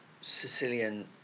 Sicilian